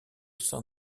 sein